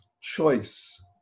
choice